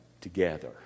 together